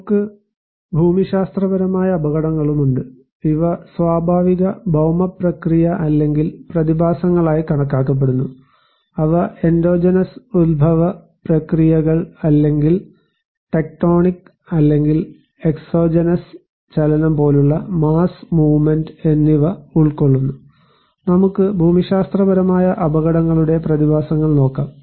നമുക്ക് ഭൂമിശാസ്ത്രപരമായ അപകടങ്ങളും ഉണ്ട് ഇവ സ്വാഭാവിക ഭൌമ പ്രക്രിയ അല്ലെങ്കിൽ പ്രതിഭാസങ്ങളായി കണക്കാക്കപ്പെടുന്നു അവ എൻഡോജെനസ് ഉത്ഭവ പ്രക്രിയകൾ അല്ലെങ്കിൽ ടെക്റ്റോണിക് അല്ലെങ്കിൽ എക്സ് സൊജൻസ് ചലനം പോലുള്ള മാസ്സ് മൂവ്മെൻറ് എന്നിവ ഉൾക്കൊള്ളുന്നു നമുക്ക് ഭൂമിശാസ്ത്രപരമായ അപകടങ്ങളുടെ പ്രതിഭാസങ്ങൾ നോക്കാം